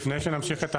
לפני שנמשיך את ההקראה,